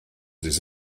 des